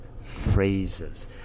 phrases